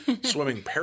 swimming